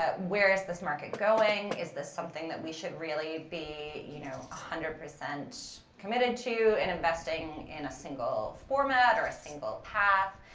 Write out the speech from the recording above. ah where is this market going? is this something that we should really be, you know, one hundred percent committed to and investing in a single format or a single path?